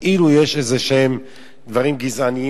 כאילו יש איזה דברים גזעניים.